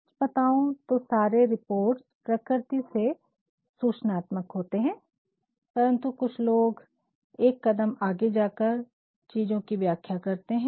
सच बताऊ तो सारे रिपोर्ट्स प्रकृति से सूचनात्मक होते है परन्तु कुछ लोग एक कदम आगे जाकर चीज़ो की व्याख्या करते है